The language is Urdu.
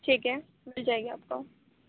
ٹھیک ہے مل جائے گی آپ کو